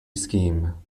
scheme